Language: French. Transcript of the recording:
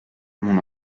mon